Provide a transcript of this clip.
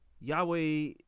Yahweh